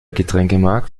getränkemarkt